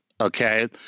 okay